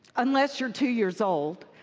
unless you're two years old?